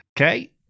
Okay